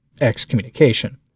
excommunication